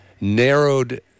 narrowed